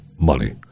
money